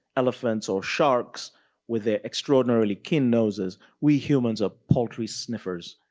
elephants or sharks with their extraordinarily keen noses, we humans are paltry sniffers.